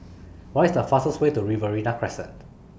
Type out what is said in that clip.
What IS The fastest Way to Riverina Crescent